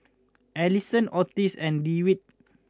Ellison Otis and Dewitt